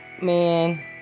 Man